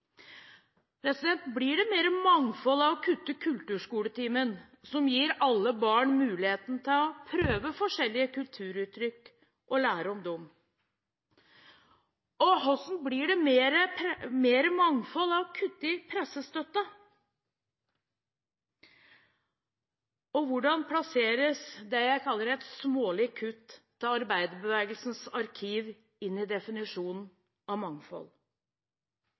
ute? Blir det mer mangfold av å kutte kulturskoletimen som gir alle barn muligheten til å prøve forskjellige kulturuttrykk, og til å lære om dem? Hvordan blir det mer mangfold av å kutte i pressestøtten? Hvordan plasseres det som jeg kaller et smålig kutt til Arbeiderbevegelsens arkiv og bibliotek, inn i definisjonen av mangfold?